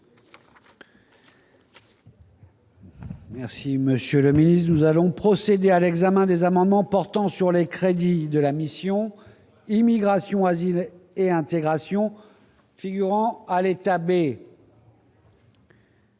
Merci, Monsieur le Ministre, nous allons procéder à l'examen des amendements portant sur les crédits de la mission Immigration, asile et intégration figurant à l'État B..